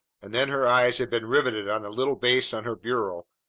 and then her eyes had been riveted on the little vase on her bureau,